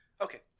Okay